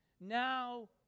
Now